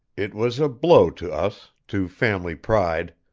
it was a blow to us to family pride.